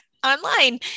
online